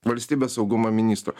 valstybės saugumo ministro